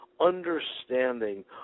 Understanding